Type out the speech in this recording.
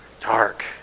Dark